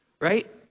right